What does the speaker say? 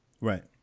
Right